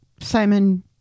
Simon